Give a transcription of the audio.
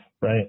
right